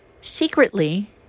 secretly